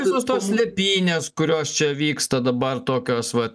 visos tos slėpynės kurios čia vyksta dabar tokios va